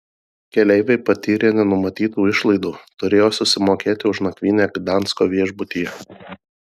keleiviai patyrė nenumatytų išlaidų turėjo susimokėti už nakvynę gdansko viešbutyje